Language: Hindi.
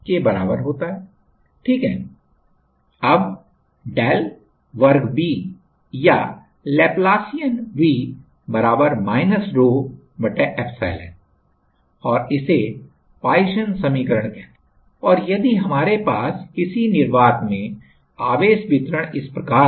Poisson's equation Laplace equation अब डेल वर्ग V या लैप्लासियन V rho एप्सिलॉन और इसे पॉइसन समीकरण कहते है और यदि हमारे पास किसी निर्वात में आवेश वितरण इस प्रकार है